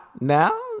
now